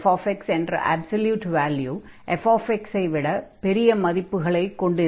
f என்ற absolute value f ஐ விட பெரிய மதிப்புகளைக் கொண்டிருக்கும்